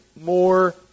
more